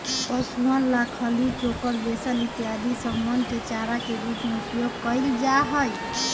पशुअन ला खली, चोकर, बेसन इत्यादि समनवन के चारा के रूप में उपयोग कइल जाहई